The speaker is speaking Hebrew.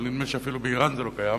אבל נדמה לי שאפילו באירן זה לא קיים,